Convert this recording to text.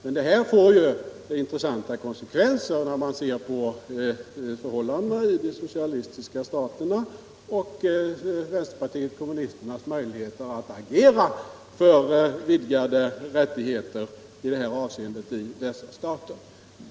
Men det här får intressanta konsekvenser, när man ser på för — Utlandssvenskarnas hållandena i de socialistiska staterna och vänsterpartiet kommunisternas — rösträtt möjligheter att agera för vidgade rättigheter i det hänseendet i dessa stater.